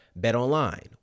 BetOnline